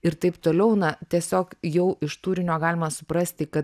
ir taip toliau na tiesiog jau iš turinio galima suprasti kad